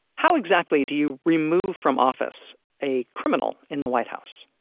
how exactly do you remove from office a criminal in the white house?